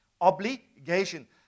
obligation